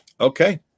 Okay